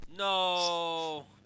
No